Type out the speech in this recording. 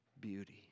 beauty